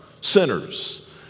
sinners